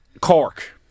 Cork